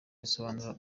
risobanura